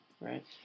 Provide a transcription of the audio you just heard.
right